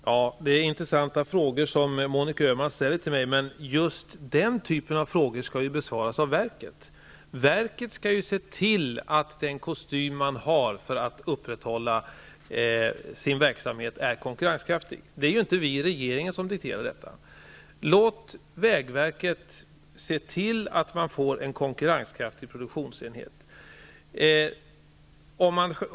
Herr talman! Monica Öhmans frågor är intressanta. Men just den här typen av frågor skall besvaras av verket. Verket skall se till att den kostym man har när det gäller att upprätthålla den egna verksamheten är konkurrenskraftig. Det är inte vi i regeringen som dikterar detta. Låt alltså vägverket se till att det blir en konkurrenskraftig produktionsenhet!